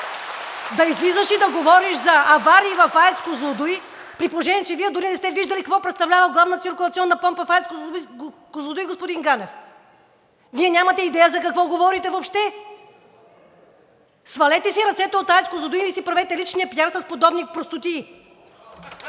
да излизаш и да говориш за аварии в АЕЦ „Козлодуй“, при положение че Вие дори не сте виждали какво представлява главната циркулационна помпа в АЕЦ „Козлодуй“, господин Ганев! Вие нямате идея за какво говорите въобще! Свалете си ръцете от АЕЦ „Козлодуй“ и не си правете личния пиар с подобни простотии!